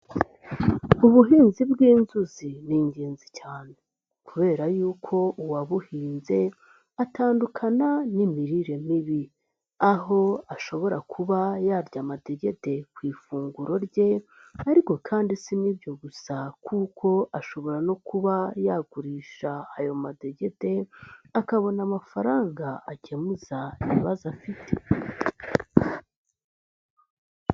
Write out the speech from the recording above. Ubuhinzi bw'inzuzi ni ingenzi cyane kubera yuko uwabuhinze atandukana n'imirire mibi, aho ashobora kuba yarya amadegete ku ifunguro rye, ariko kandi si nibyo gusa kuko ashobora no kuba yagurisha ayo madegete, akabona amafaranga akemuza ibibazo afite.